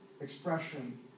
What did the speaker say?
expression